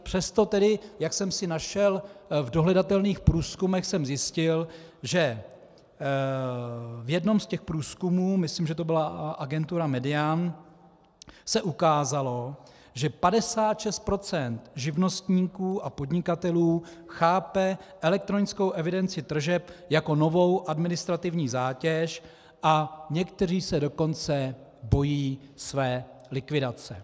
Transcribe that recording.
Přesto tedy, jak jsem si našel, v dohledatelných průzkumech jsem zjistil, že v jednom z těch průzkumů, myslím, že to byla agentura MEDIAN, se ukázalo, že 56 % živnostníků a podnikatelů chápe elektronickou evidenci tržeb jako novou administrativní zátěž a někteří se dokonce bojí své likvidace.